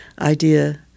idea